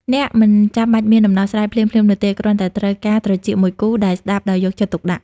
អ្នកមិនចាំបាច់មានដំណោះស្រាយភ្លាមៗនោះទេ គ្រាន់តែត្រូវការត្រចៀកមួយគូដែលស្តាប់ដោយយកចិត្តទុកដាក់។